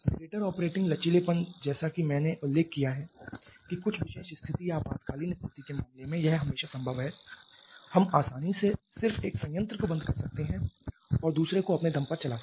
greater operating लचीलेपन जैसा कि मैंने उल्लेख किया है कि कुछ विशेष स्थिति या आपातकालीन स्थिति के मामले में यह हमेशा संभव है हम आसानी से सिर्फ एक संयंत्र को बंद कर सकते हैं और दूसरे को अपने दम पर चला सकते हैं